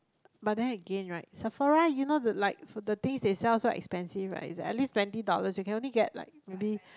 but then again right Sephora you know the like for the things they sell so expensive right is at least twenty dollars you can only get like maybe